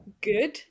good